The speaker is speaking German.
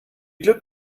glück